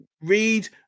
Read